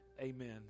amen